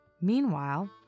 Meanwhile